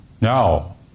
Now